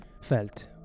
felt